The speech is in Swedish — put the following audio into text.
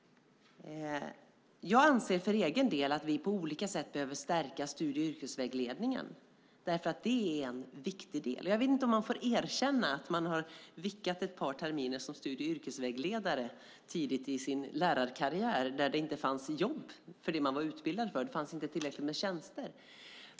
Jag anser för egen del att vi på olika sätt behöver stärka studie och yrkesvägledningen. Det är en viktig del. Jag vet inte om man får erkänna att man har vickat ett par terminer som studie och yrkesvägledare tidigt i sin lärarkarriär då det inte fanns jobb för det man var utbildad för. Det fanns inte tillräckligt med tjänster.